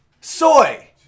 Soy